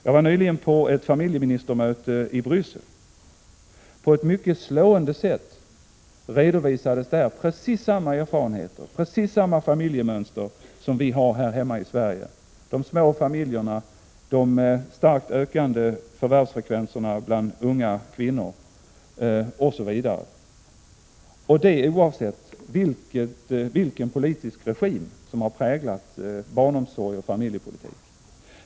Jag var nyligen på ett familjeministermöte i Bryssel. Där redovisades på ett mycket slående sätt precis samma erfarenheter och samma familjemönster som vi har i Sverige: De små familjerna, den starkt ökande förvärvsfrekvensen bland unga kvinnor, osv. Denna utveckling har skett oavsett vilken politisk regim som har präglat barnomsorg och familjepolitik.